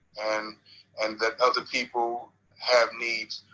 and and that other people have needs.